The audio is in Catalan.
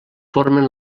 formen